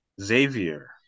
Xavier